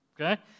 okay